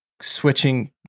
switching